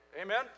amen